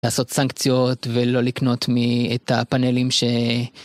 לעשות סנקציות ולא לקנות את הפאנלים ש...